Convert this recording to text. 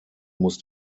muss